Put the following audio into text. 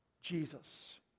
Jesus